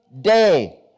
day